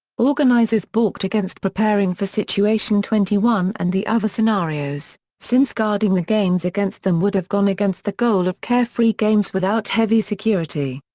organizers balked against preparing for situation twenty one and the other scenarios, since guarding the games against them would have gone against the goal of carefree games without heavy security.